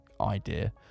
idea